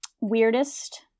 weirdest